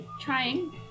Trying